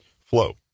Flow